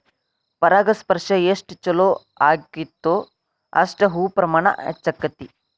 ಪರಾಗಸ್ಪರ್ಶ ಎಷ್ಟ ಚುಲೋ ಅಗೈತೋ ಅಷ್ಟ ಹೂ ಪ್ರಮಾಣ ಹೆಚ್ಚಕೈತಿ